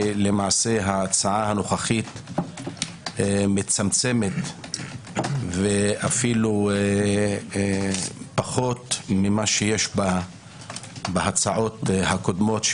שלמעשה ההצעה הנוכחית מצמצמת ואף פחות ממה שיש בהצעות הקודמות,